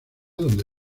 donde